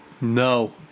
No